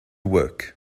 work